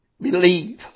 Believe